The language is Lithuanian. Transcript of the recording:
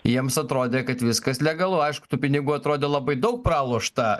jiems atrodė kad viskas legalu aišku tų pinigų atrodė labai daug pralošta